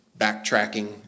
backtracking